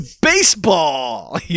Baseball